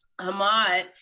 Hamad